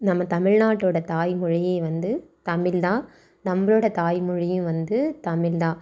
நம்ம தமிழ்நாட்டோடய தாய்மொழியே வந்து தமிழ்தான் நம்பளோடய தாய்மொழியும் வந்து தமிழ்தான்